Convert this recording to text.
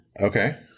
Okay